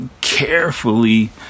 carefully